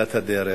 בתחילת הדרך.